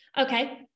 okay